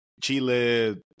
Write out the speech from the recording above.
Chile